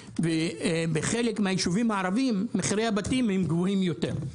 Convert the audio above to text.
ובחלק מהיישובים הערביים מחירי הבתים הם גבוהים יותר,